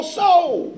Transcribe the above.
soul